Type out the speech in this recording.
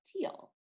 TEAL